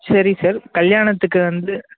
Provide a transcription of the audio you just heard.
சரி சார் கல்யாணத்துக்கு வந்து